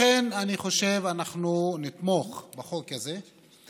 לכן אני חושב שנתמוך בחוק הזה,